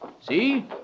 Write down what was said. See